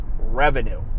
revenue